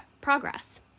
progress